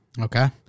Okay